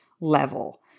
level